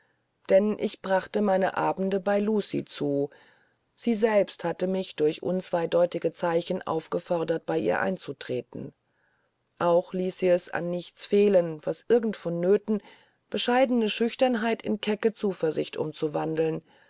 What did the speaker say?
denn ich brachte meine abende bei lucie zu sie selbst hatte mich durch unzweideutige zeichen aufgefordert bei ihr einzutreten auch ließ sie es an nichts fehlen was irgend von nöthen bescheidene schüchternheit in kecke zuversicht umzuwandeln